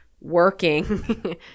working